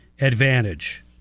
advantage